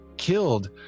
killed